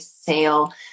sale